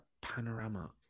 panorama